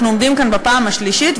אנחנו עומדים כאן בפעם השלישית.